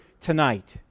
tonight